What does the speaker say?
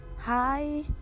hi